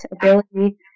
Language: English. ability